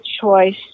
choice